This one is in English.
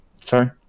Sorry